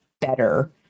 better